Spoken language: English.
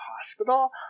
hospital